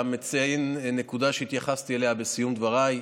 אתה מציין נקודה שהתייחסתי אליה בסיום דבריי,